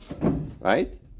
Right